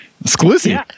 exclusive